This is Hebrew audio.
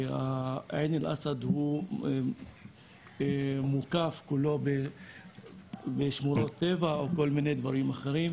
כי עין אל-אסד מורכב כולו בשמורות טבע וכל מיני דברים אחרים,